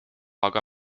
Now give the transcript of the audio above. aga